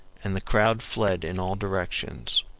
and the crowd fled in all directions.